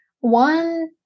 one